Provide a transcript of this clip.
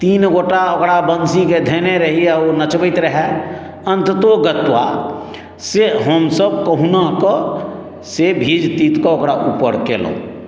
तीन गोटए ओकरा बंशीकेँ धयने रही आ ओ नचबैत रहए अन्ततोगत्वा से हमसभ कहुनाके से भीज तीत कऽ ओकरा ऊपर केलहुँ